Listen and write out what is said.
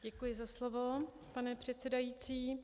Děkuji za slovo, pane předsedající.